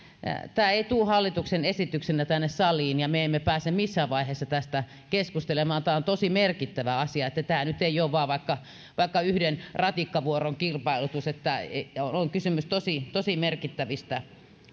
tämä ei tule hallituksen esityksenä saliin ja me emme pääse missään vaiheessa tästä keskustelemaan tämä on tosi merkittävä asia tämä nyt ei ole vain vaikka vaikka yhden ratikkavuoron kilpailutus on kysymys tosi tosi merkittävistä